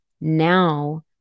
Now